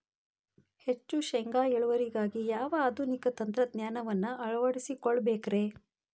ಹೆಚ್ಚು ಶೇಂಗಾ ಇಳುವರಿಗಾಗಿ ಯಾವ ಆಧುನಿಕ ತಂತ್ರಜ್ಞಾನವನ್ನ ಅಳವಡಿಸಿಕೊಳ್ಳಬೇಕರೇ?